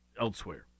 elsewhere